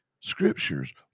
scriptures